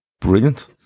brilliant